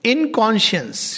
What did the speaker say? Inconscience